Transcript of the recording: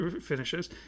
finishes